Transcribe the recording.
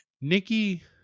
Nikki